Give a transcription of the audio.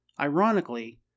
Ironically